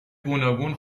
گوناگون